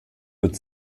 wird